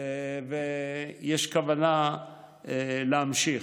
ויש כוונה להמשיך.